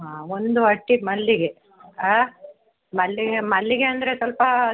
ಹಾಂ ಒಂದು ಹಟ್ಟಿ ಮಲ್ಲಿಗೆ ಆಂ ಮಲ್ಲಿಗೆ ಮಲ್ಲಿಗೆ ಅಂದರೆ ಸ್ವಲ್ಪ